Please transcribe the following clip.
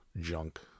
junk